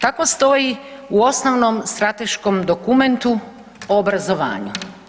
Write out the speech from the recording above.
Tako stoji u osnovnom strateškom dokumentu u obrazovanju.